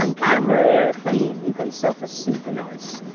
done, cameron mclean. you've got yourself a super nice.